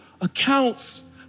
accounts